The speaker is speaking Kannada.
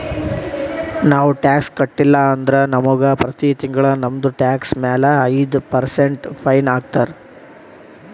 ನಾವು ಟ್ಯಾಕ್ಸ್ ಕಟ್ಟಿಲ್ಲ ಅಂದುರ್ ನಮುಗ ಪ್ರತಿ ತಿಂಗುಳ ನಮ್ದು ಟ್ಯಾಕ್ಸ್ ಮ್ಯಾಲ ಐಯ್ದ ಪರ್ಸೆಂಟ್ ಫೈನ್ ಹಾಕ್ತಾರ್